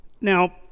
Now